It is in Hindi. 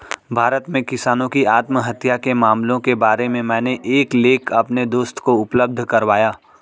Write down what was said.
भारत में किसानों की आत्महत्या के मामलों के बारे में मैंने एक लेख अपने दोस्त को उपलब्ध करवाया